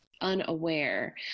unaware